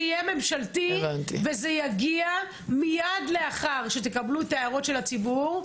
זה יהיה ממשלתי וזה יגיע מיד לאחר שתקבלו את ההערות של הציבור.